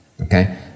okay